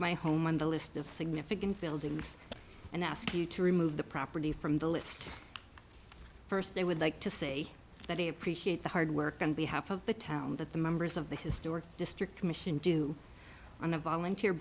my home on the list of significant buildings and ask you to remove the property from the list first they would like to say that they appreciate the hard work on behalf of the town that the members of the historic district commission do on a volunteer